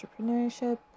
entrepreneurship